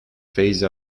phase